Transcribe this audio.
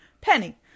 Penny